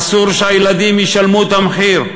אסור שהילדים ישלמו את המחיר.